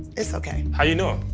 it's ok. how you know?